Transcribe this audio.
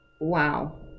Wow